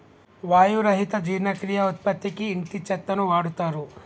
వాయి రహిత జీర్ణక్రియ ఉత్పత్తికి ఇంటి చెత్తను వాడుతారు